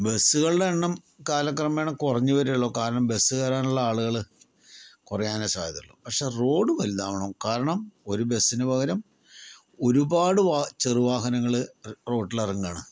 ബസ്സുകളുടെ എണ്ണം കാലക്രമേണ കുറഞ്ഞ് വരികയെ ഉള്ളു കാരണം ബസ് കയറാനുള്ള ആളുകള് കുറയാനേ സാധ്യതയുള്ളൂ പക്ഷേ റോഡ് വലുതാവണം കാരണം ഒരു ബസ്സിന് പകരം ഒരുപാട് ചെറു വാഹനങ്ങള് റോട്ടില് ഇറങ്ങുവാണ്